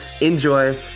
enjoy